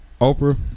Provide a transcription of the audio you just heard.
Oprah